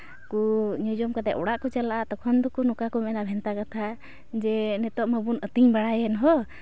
ᱠᱚ ᱧᱩᱼᱡᱚᱢ ᱠᱟᱛᱮᱫ ᱚᱲᱟᱜ ᱠᱚ ᱪᱟᱞᱟᱜᱼᱟ ᱛᱚᱠᱷᱚᱱ ᱫᱚᱠᱚ ᱱᱚᱝᱠᱟ ᱠᱚ ᱢᱮᱱᱟ ᱵᱷᱮᱱᱛᱟ ᱠᱟᱛᱷᱟ ᱡᱮ ᱱᱤᱛᱳᱜ ᱢᱟᱵᱚᱱ ᱟᱹᱛᱤᱧ ᱵᱟᱲᱟᱭᱮᱱ ᱦᱳ